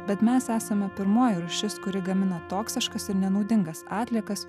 bet mes esame pirmoji rūšis kuri gamina toksiškas ir nenaudingas atliekas